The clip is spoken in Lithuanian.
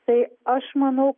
tai aš manau